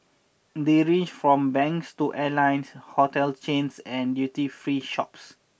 they range from banks to airlines hotel chains and duty free shops